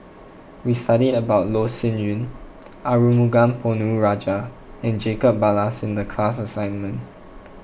we studied about Loh Sin Yun Arumugam Ponnu Rajah and Jacob Ballas in the class assignment